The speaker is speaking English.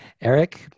Eric